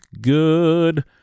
good